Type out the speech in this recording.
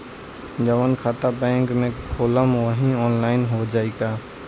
जवन खाता बैंक में खोलम वही आनलाइन हो जाई का?